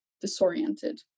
disoriented